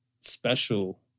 special